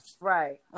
right